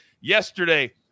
yesterday